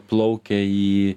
plaukia į